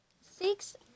Six